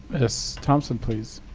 miss thompson, please.